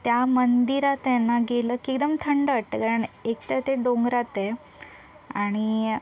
त्या मंदिरात आहे ना गेलं की एकदम थंड वाटतं करण एक तर ते डोंगरात आहे आणि